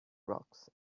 rocks